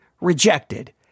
rejected